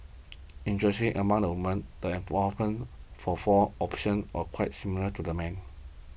interestingly among the women the endorsement for four options are quite similar to the men